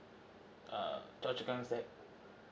err choa chu kang sec